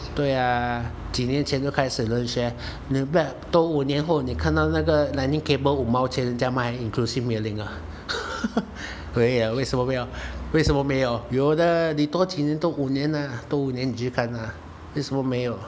对啊几年前就开始了这些读你不要多五年后你看到那个 lightning cable 五毛钱人家卖 inclusive mailing ah 可以啊为什么不要为什么没有有的你多几年多五年啊多五年你去看他为什么没有